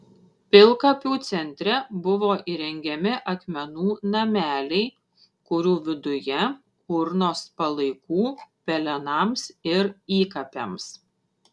pilkapių centre buvo įrengiami akmenų nameliai kurių viduje urnos palaikų pelenams ir įkapėms